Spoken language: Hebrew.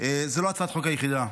זאת לא הצעת החוק היחידה,